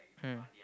mm